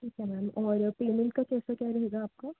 ठीक है मैम और पेमेंट का कैसा क्या रहेगा आपका